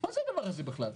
מה זה הדבר הזה בכלל?